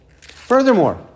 Furthermore